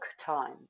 time